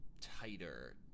tighter